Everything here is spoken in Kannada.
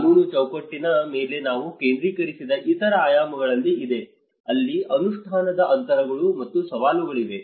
ಕಾನೂನು ಚೌಕಟ್ಟಿನ ಮೇಲೆ ನಾವು ಕೇಂದ್ರೀಕರಿಸಿದ ಇತರ ಆಯಾಮಗಳಲ್ಲಿ ಇದೆ ಅಲ್ಲಿ ಅನುಷ್ಠಾನದ ಅಂತರಗಳು ಮತ್ತು ಸವಾಲುಗಳಿವೆ